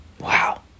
Wow